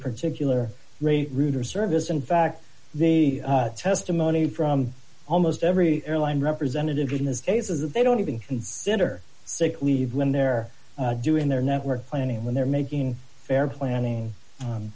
particular rate router service in fact the testimony from almost every airline representative in this case is that they don't even consider sick leave when they're doing their network planning when they're making fair planning